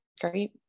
great